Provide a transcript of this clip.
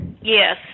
Yes